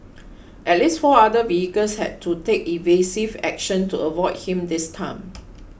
at least four other vehicles had to take evasive action to avoid him this time